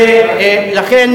לכן,